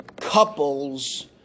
couples